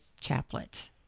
chaplet